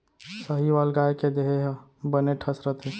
साहीवाल गाय के देहे ह बने ठस रथे